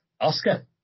Oscar